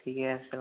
ঠিকে আছে